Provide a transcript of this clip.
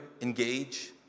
engage